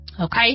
Okay